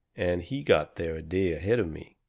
and he got there a day ahead of me.